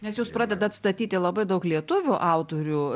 nes jūs pradedat statyti labai daug lietuvių autorių